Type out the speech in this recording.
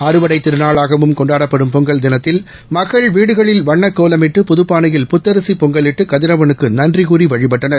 அறுவடைத் திருநாளாகவும் கொண்டாடப்படும் பொங்கல் தினத்தில் மக்கள் வீடுகளில் வண்ணக் கோலமிட்டு புதுப்பானையில் புத்தரிசி பொங்கலிட்டு கதிரவனுக்கு நன்றி கூறி வழிபட்டனர்